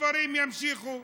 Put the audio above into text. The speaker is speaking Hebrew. הדברים ימשיכו.